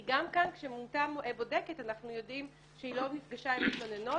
כי גם כאן כשמונתה בודקת אנחנו יודעים שהיא לא נפגשה עם המתלוננות.